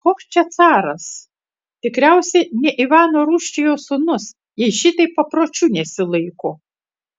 koks čia caras tikriausiai ne ivano rūsčiojo sūnus jei šitaip papročių nesilaiko